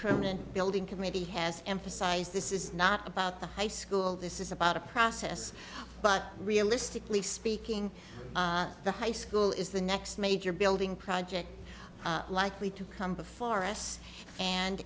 permanent building committee has emphasized this is not about the high school this is about a process but realistically speaking the high school is the next major building project likely to come before us and